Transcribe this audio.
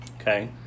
Okay